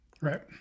right